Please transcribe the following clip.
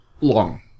long